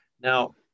Now